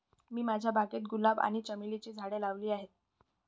मी माझ्या बागेत गुलाब आणि चमेलीची झाडे लावली आहे